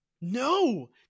No